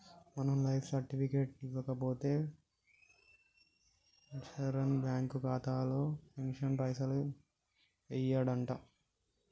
మనం life certificate ఇవ్వకపోతే pensioner bank ఖాతాలో పెన్షన్ పైసలు యెయ్యడంట